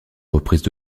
reprises